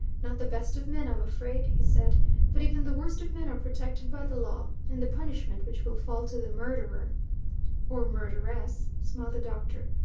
not the best of men, i'm afraid, he said but even the worst of men are protected by the law, and the punishment which will fall to the murderer or murderess, smiled the doctor.